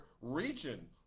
region